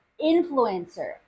influencer